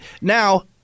Now